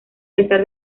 pesar